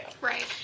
Right